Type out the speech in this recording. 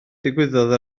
ddigwyddodd